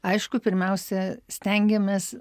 aišku pirmiausia stengiamės